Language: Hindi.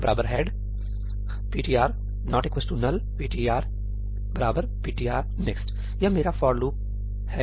NULL ptr ptr next' यह मेरा फॉर लूप है